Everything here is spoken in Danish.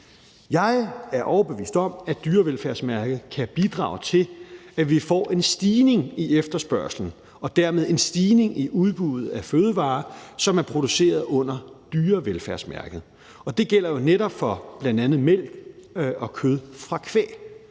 Jeg er overbevist om, at dyrevelfærdsmærket kan bidrage til, at vi får en stigning i efterspørgslen og dermed en stigning i udbuddet af fødevarer, som er produceret under dyrevelfærdsmærket, og det gælder jo netop for bl.a. mælk og kød fra kvæg.